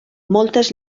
moltes